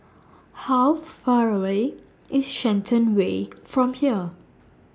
How Far away IS Shenton Way from here